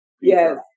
Yes